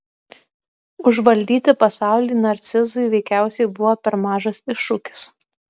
užvaldyti pasaulį narcizui veikiausiai buvo per mažas iššūkis